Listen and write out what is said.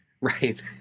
Right